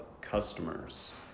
customers